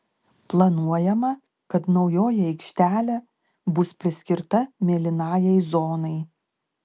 planuojama kad naujoji aikštelė bus priskirta mėlynajai zonai